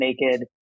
naked